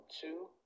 two